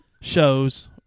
shows